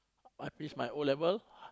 I finish my O-level